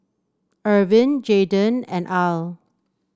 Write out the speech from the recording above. Ervin Jayden and Al